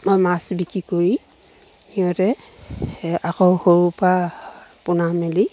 বা মাছ বিক্ৰী কৰি সিহঁতে আকৌ সৰুৰপৰা পোনা মেলি